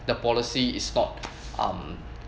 the policy is not um